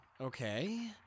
okay